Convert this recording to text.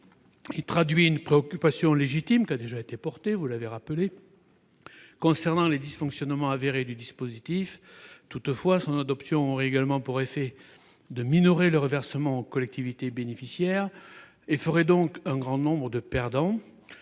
traduit une préoccupation légitime, qui a déjà été exprimée, concernant les dysfonctionnements avérés du dispositif. Toutefois, l'adoption de cet amendement aurait pour effet de minorer le reversement aux collectivités bénéficiaires et ferait donc un grand nombre de perdants